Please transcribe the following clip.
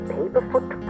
Paperfoot